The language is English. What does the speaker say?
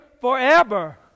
forever